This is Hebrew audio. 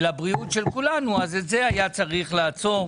ולבריאות של כולנו, אז את זה היה צריך לעצור.